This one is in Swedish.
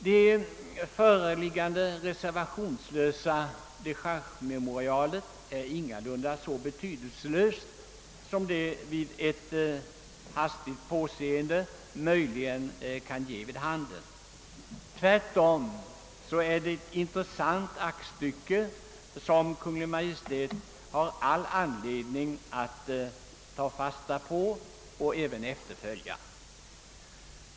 Det föreliggande reservationslösa dechargememorialet är ingalunda så betydelselöst som ett hastigt påseende möjligen kan ge vid handen. Det är tvärtom ett intressant aktstycke som Kungl. Maj:t har anledning att ta fasta på och även efterfölja.